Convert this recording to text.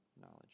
knowledge